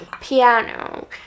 piano